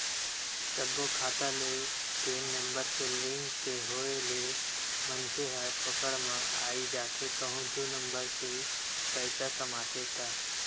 सब्बो खाता ले पेन नंबर के लिंक के होय ले मनखे ह पकड़ म आई जाथे कहूं दू नंबर के पइसा कमाथे ता